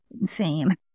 insane